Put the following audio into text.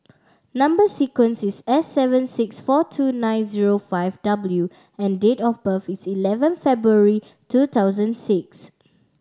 number sequence is S seven six four two nine zero five W and date of birth is eleven February two thousand six